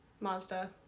Mazda